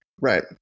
Right